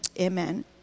Amen